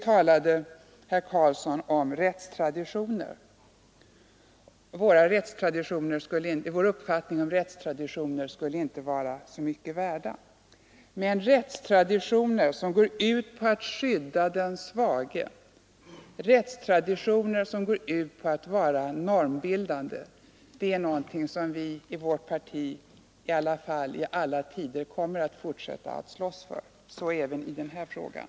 Herr Karlsson i Huskvarna talar om rättstraditioner. Vår uppfattning om rättstraditionerna skulle inte vara så mycket värd. Men rättstraditioner som går ut på att skydda den svage, rättstraditioner som går ut på att vara normbildande kommer vi i vårt parti i alla tider att fortsätta att slåss för. Så även i den här frågan.